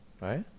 right